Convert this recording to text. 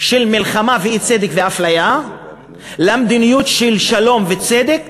של מלחמה ואי-צדק ואפליה למדיניות של שלום וצדק,